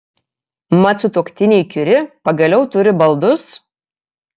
mat sutuoktiniai kiuri pagaliau turi baldus